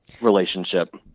relationship